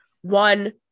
One